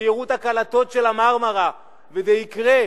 כשיראו את הקלטות של ה"מרמרה" וזה יקרה,